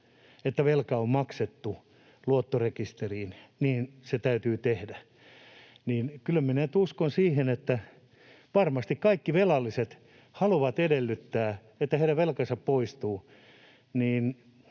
että velka on maksettu, niin se täytyy tehdä. Kyllä minä nyt uskon siihen, että varmasti kaikki velalliset haluavat edellyttää, että heidän velkansa poistuu.